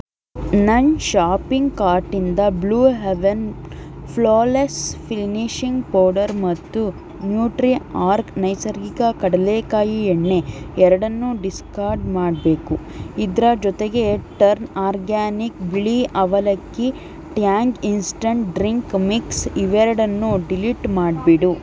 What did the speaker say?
ನನ್ನ ಶಾಪಿಂಗ್ ಕಾರ್ಟಿಂದ Blue Heaven flawless finishing powder ಮತ್ತು ನ್ಯೂಟ್ರಿಆರ್ಗ್ ನೈಸರ್ಗಿಕ ಕಡಲೇಕಾಯಿ ಎಣ್ಣೆ ಎರಡನ್ನೂ ಡಿಸ್ಕಾರ್ಡ್ ಮಾಡಬೇಕು ಇದರ ಜೊತೆಗೆ ಟರ್ನ್ ಆರ್ಗ್ಯಾನಿಕ್ ಬಿಳಿ ಅವಲಕ್ಕಿ ಟ್ಯಾಂಗ್ ಇನ್ಸ್ಟಂಟ್ ಡ್ರಿಂಕ್ ಮಿಕ್ಸ್ ಇವೆರಡನ್ನೂ ಡಿಲೀಟ್ ಮಾಡಿಬಿಡು